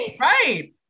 Right